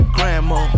Grandma